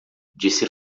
disse